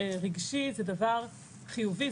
רגשי זה דבר חיובי,